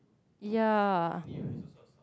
ya